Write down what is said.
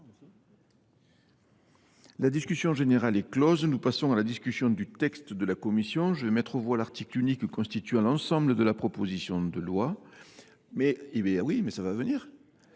La discussion générale est close. Nous passons à la discussion du texte de la commission. Je vais mettre aux voix l’article unique constituant l’ensemble de la proposition de loi. Je rappelle que le